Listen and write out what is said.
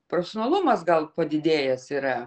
profesionalumas gal padidėjęs yra